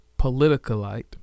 PoliticaLite